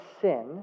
sin